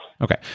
Okay